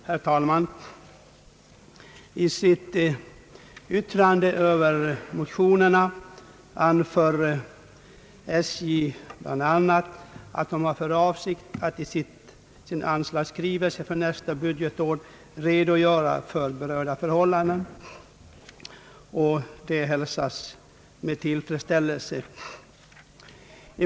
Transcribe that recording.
Herr talman! I sitt yttrande över motionerna anför SJ bland annat att verket har för avsikt att redogöra för berörda förhållanden i sin anslagsskrivelse för nästa budgetår, och det hälsar jag med tillfredsställelse.